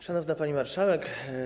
Szanowna Pani Marszałek!